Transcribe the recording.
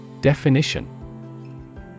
Definition